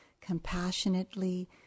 compassionately